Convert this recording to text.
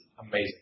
amazing